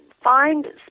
Find